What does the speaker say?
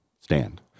stand